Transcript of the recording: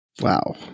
wow